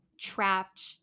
trapped